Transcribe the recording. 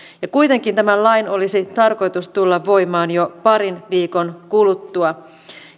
kuitenkin tämän lain olisi tarkoitus tulla voimaan jo parin viikon kuluttua